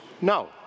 no